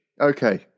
Okay